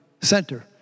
Center